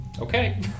Okay